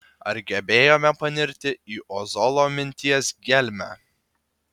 ar gebėjome panirti į ozolo minties gelmę